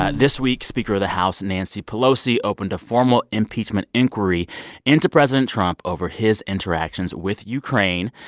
this week, speaker of the house nancy pelosi opened a formal impeachment inquiry into president trump over his interactions with ukraine.